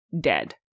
dead